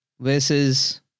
versus